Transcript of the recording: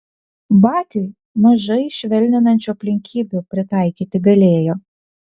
bakiui mažai švelninančių aplinkybių pritaikyti galėjo